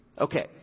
Okay